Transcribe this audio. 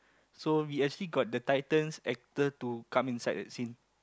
so we actually got the titans actor to come inside the scene